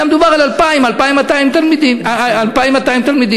היה מדובר על 2,200-2,000 תלמידים.